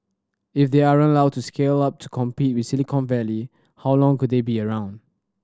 if they aren't allowed to scale up to compete with Silicon Valley how long could they be around